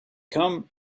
come